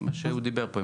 מה שהוא אמר.